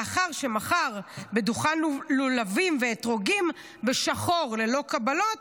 לאחר שמכר בדוכן לולבים ואתרוגים בשחור ללא קבלות,